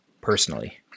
personally